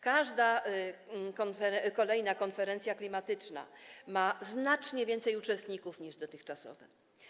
Każda kolejna konferencja klimatyczna ma znacznie więcej uczestników niż dotychczasowe.